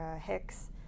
Hicks